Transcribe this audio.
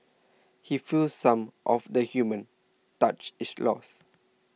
he feels some of the human touch is lost